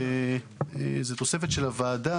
זו תוספת של הוועדה,